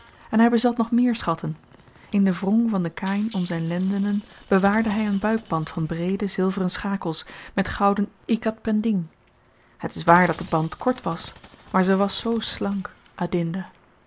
en hy bezat nog meer schatten in de wrong van den kahin om zyn lendenen bewaarde hy een buikband van breede zilveren schakels met gouden ikat pendieng het is waar dat de band kort was maar ze was zoo slank